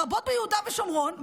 לרבות ביהודה ושומרון,